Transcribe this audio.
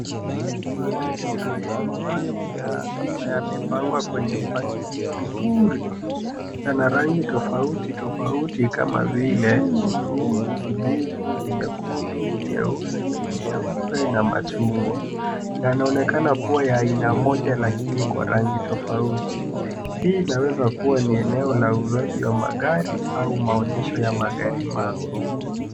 Magari haya mapya yamepangwa kwenye mpangilio mzuri. Yana rangi tofauti tofauti kama vile bluu, kijivu, nyekundu, nyeusi, nyeupe na machungwa. Yanaonekanakuwa ya aina moja lakini kwa rangi tofauti. Hii inaweza kuwa ni eneo la uuzaji wa magari au maonyesho ya magari mapya.